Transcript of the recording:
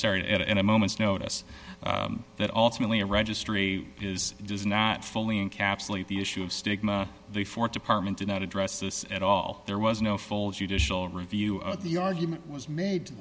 d at a moment's notice that ultimately a registry is does not fully encapsulate the issue of stigma the th department did not address this at all there was no full judicial review of the argument was made